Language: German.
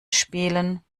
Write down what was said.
spielen